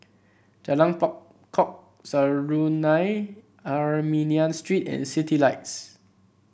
Jalan Pokok Serunai Armenian Street and Citylights